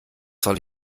soll